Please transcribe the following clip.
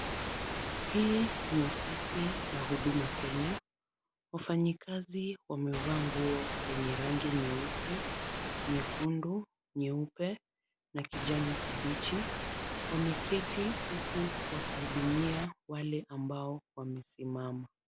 Hii ni ofisi la huduma Kenya. Wafanyikazi wamevaa nguo lenye rangi nyeusi, nyekundu, nyeupe na kijani kibichi. Wameketi huku wakihudumia wale ambao wamesimama.